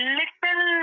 little